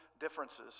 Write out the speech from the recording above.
differences